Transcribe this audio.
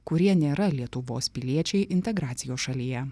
kurie nėra lietuvos piliečiai integracijos šalyje